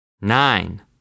nine